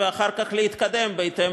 ואחר כך להתקדם בהתאם